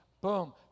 boom